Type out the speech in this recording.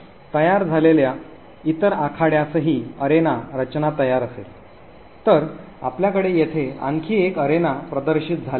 आता तयार झालेल्या प्रत्येक इतर आखाड्यासही अरेना रचना असेल तर आपल्याकडे येथे आणखी एक अरेना प्रदर्शित झाले आहे